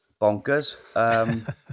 bonkers